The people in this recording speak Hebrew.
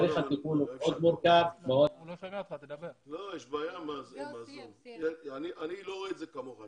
אני לא רואה את זה כמוך.